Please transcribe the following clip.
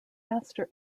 faster